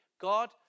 God